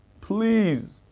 Please